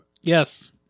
Yes